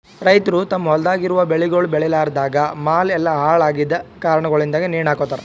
ರೈತುರ್ ತಮ್ ಹೊಲ್ದಾಗ್ ಇರವು ಬೆಳಿಗೊಳ್ ಬೇಳಿಲಾರ್ದಾಗ್ ಮಾಲ್ ಎಲ್ಲಾ ಹಾಳ ಆಗಿದ್ ಕಾರಣಗೊಳಿಂದ್ ನೇಣ ಹಕೋತಾರ್